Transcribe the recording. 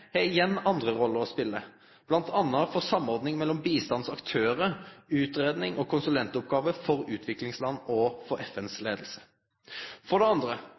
har igjen andre roller å spele, m.a. når det gjeld samordning mellom bistandsaktørar, utgreiing og konsulentoppgåver for utviklingsland og for leiinga i FN. For det andre: